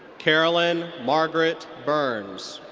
carolyn margaret burns.